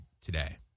today